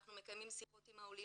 אנחנו מקיימים שיחות עם העולים,